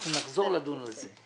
אנחנו נחזור לדון על זה.